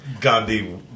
Gandhi